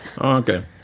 okay